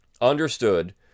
understood